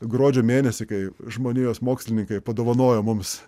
gruodžio mėnesį kai žmonijos mokslininkai padovanojo mums